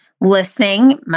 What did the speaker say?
listening